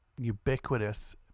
ubiquitous